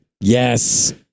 Yes